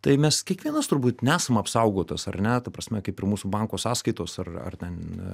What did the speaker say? tai mes kiekvienas turbūt nesame apsaugotas ar ne ta prasme kaip ir mūsų banko sąskaitos ar ar ten